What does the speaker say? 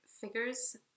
figures